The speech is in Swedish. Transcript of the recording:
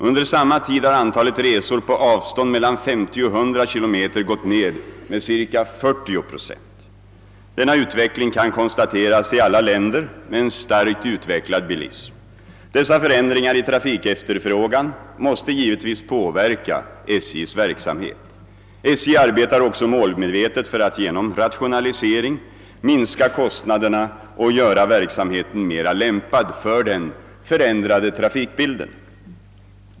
Under samma tid har antalet resor på avstånd mellan 50 och 100 km gått ner med ca 40 procent. Denna utveckling kan konstateras i alla länder med en starkt utvecklad bilism. Dessa förändringar i trafikefterfrågan måste givetvis påverka SJ:s verksamhet. SJ arbetar också målmedvetet för att genom rationalisering minska kostnaderna och göra verksamheten mera lämpad för den förändrade trafikbilden.